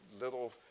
little